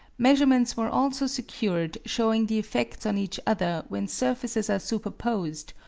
measurements were also secured showing the effects on each other when surfaces are superposed,